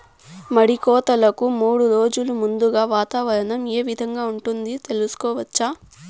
మడి కోతలకు మూడు రోజులు ముందుగా వాతావరణం ఏ విధంగా ఉంటుంది, తెలుసుకోవచ్చా?